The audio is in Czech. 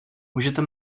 můžete